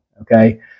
okay